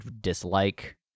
dislike